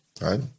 Right